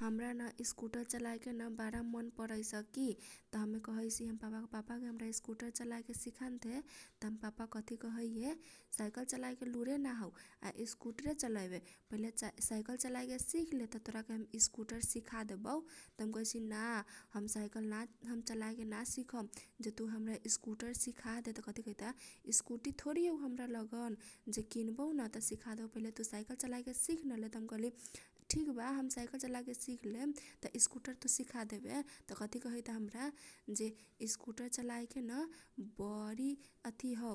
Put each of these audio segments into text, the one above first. हमरा न स्कुटर चलिए केन बारा मन करैस की त हमे कहैसी हमर पापा के पापा गे हमरा स्कुटर चलायके सिखा न दे तं हम पापा कथी कहैए साइकल चलाएर के लुरे ना हौ या स्कुटररे चलैबे। पहिले साइकल चलाएर के सिखले त तोरा के हम स्कुटर चलाए के सिखा देबौ। त हम कहैसी ना हम साइकल चलाएर के ना सिखम जे तु हमरा स्कुटर सिखा दे त कथी कहैता स्कुटी थोरी हौ हमरा लंगन जे हम किन बौ न त सिखा देबौ। त पहिले तु साइकल चलाए के सिख नले त हम कहली ठिक बा हम साइकल चलाए के सिख लेम त तु स्कुटर चलाय के तु सिखा देवे। त कथी कहैता हमरा जे स्कुटर चलाए के न बरी अथी हौ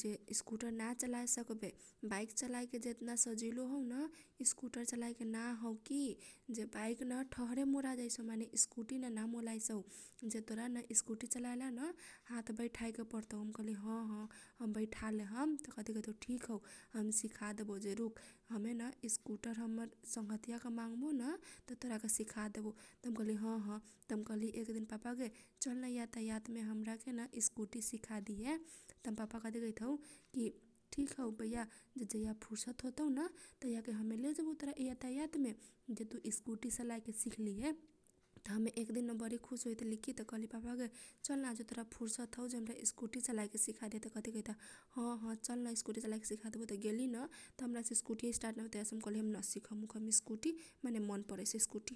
जे स्कुटर ना चलाए सकबे बाइक चलाए के जेतना सजिलो हौ न स्कुटर चलाए के ना हौ कि। जे बाइक न ठहरे मोरा जैसौ माने स्कुटर ना मोराइ सौ जे तोरा न स्कुटर चलाए लान हात बैठाय के परतौ । त हम कहली ह ह हम बैठालेहम त कथी कहैत हौ ठिक हौ हम सिखा देबौ जे रूक हमे न स्कुटर न हमर संगघतीया के मांबौन त तोराके सिखा देबौ। त हम कहली ह ह त हम कहली एक दिन पापा गे चलन यातायात मे हमरा केन स्कुटी सिखा दिहे। त हम पापा कथी कहैत हौ कि ठिक हौ बैया जहिया फुरसत होतौन तहि हम तोरा लेजबौ यातायात मे जे तु स्कुटी चलाए के सिख लिहे। त हमे न एक दिन बरी खुस होइत रहली की त। हम कहली पापा गे चलन आजु तोरा फुर्सत हौ जे हमरा स्कुटी चलाए के सिखा दिहे त कथी कहैत हह चलन स्कुटी चलाए के सिखा देबौ । त गेलीन त हमरा से स्कुटी स्टार्ट ना होइत रहे त हम कहली हम कहली ना सिखम ओखम स्कुटी माने मन पराइस स्कुटी।